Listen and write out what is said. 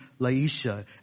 Laisha